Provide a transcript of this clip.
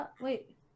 Wait